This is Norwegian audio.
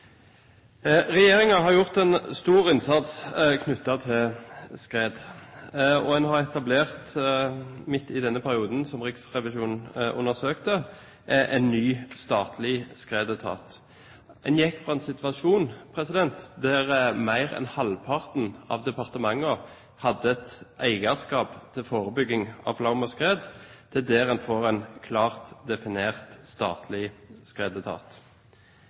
har gjort en stor innsats knyttet til skred, og en har etablert, midt i denne perioden som Riksrevisjonen undersøkte, en ny, statlig skredetat. En gikk fra en situasjon der mer enn halvparten av departementene hadde et eierskap til forebygging av flom og skred, til å få en klart definert statlig skredetat.